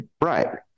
right